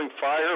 fire